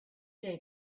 day